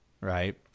Right